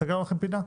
(7)